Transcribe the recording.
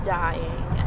dying